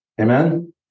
Amen